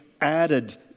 added